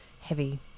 heavy